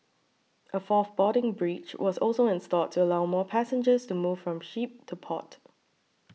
a fourth boarding bridge was also installed to allow more passengers to move from ship to port